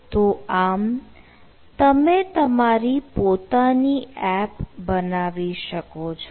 તો આમ તમે તમારી પોતાની એપ બનાવી શકો છો